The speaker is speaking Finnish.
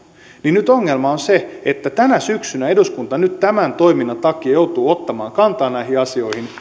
niin nyt ongelma on se että tänä syksynä eduskunta nyt tämän toiminnan takia joutuu ottamaan kantaa näihin asioihin